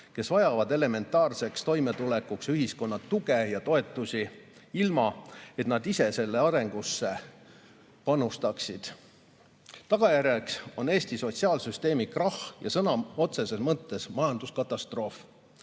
kes vajavad elementaarseks toimetulekuks ühiskonna tuge ja toetusi, ilma et nad ise selle arengusse panustanud oleksid. Tagajärjeks on Eesti sotsiaalsüsteemi krahh ja sõna otseses mõttes majanduskatastroof,